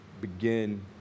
begin